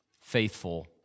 faithful